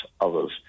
others